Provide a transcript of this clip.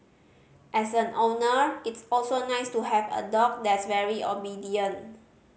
as an owner it's also nice to have a dog that's very obedient